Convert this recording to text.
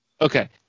Okay